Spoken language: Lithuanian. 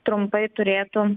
trumpai turėtų